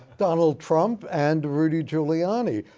donald trump and rudy giuliani.